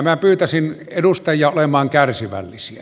minä pyytäisin edustajia olemaan kärsivällisiä